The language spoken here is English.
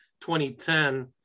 2010